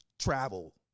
travel